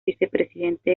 vicepresidente